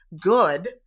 good